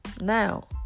Now